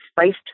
spiced